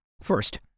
First